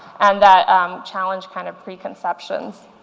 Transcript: and um challenge kind of preconceptions.